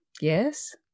Yes